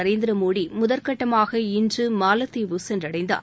நரேந்திரமோடி முதற்கட்டமாக இன்று மாலத்தீவு சென்றடைந்தார்